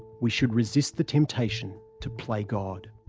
we should resist the temptation to play god.